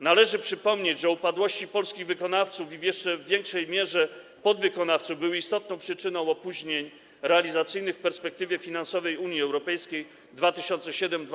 Należy przypomnieć, że upadłości polskich wykonawców i w jeszcze większej mierze podwykonawców były istotną przyczyną opóźnień realizacyjnych w perspektywie finansowej Unii Europejskiej 2007–2013.